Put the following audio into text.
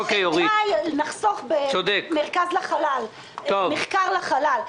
אולי לחסוך במחקר לחלל,